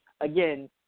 again